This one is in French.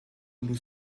nous